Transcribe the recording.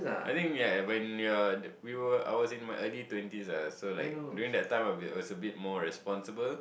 I think uh when you are I was in my early twenties ah so like during that time I'll be also bit more responsible